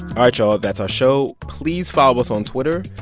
right, y'all. that's our show. please follow us on twitter.